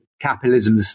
capitalism